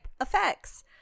effects